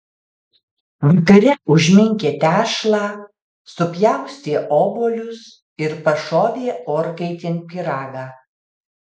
vakare užminkė tešlą supjaustė obuolius ir pašovė orkaitėn pyragą